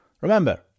remember